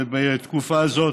ובתקופה זו